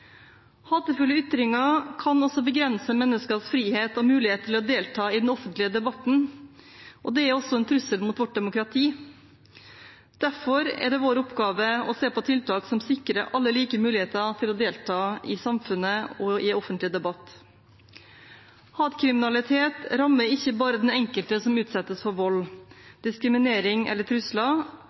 Hatefulle ytringer kan begrense menneskers frihet og muligheter til å delta i den offentlige debatten, og de er også en trussel mot vårt demokrati. Derfor er det vår oppgave å se på tiltak som sikrer alle like muligheter til å delta i samfunnet og i offentlig debatt. Hatkriminalitet rammer ikke bare den enkelte som utsettes for vold, diskriminering eller trusler,